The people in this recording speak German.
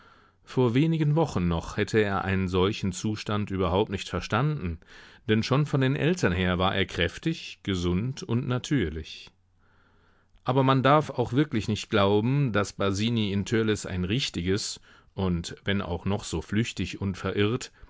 vor wenigen wochen noch hätte er einen solchen zustand überhaupt nicht verstanden denn schon von den eltern her war er kräftig gesund und natürlich aber man darf auch wirklich nicht glauben daß basini in törleß ein richtiges und wenn auch noch so flüchtig und verirrt